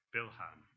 Bilhan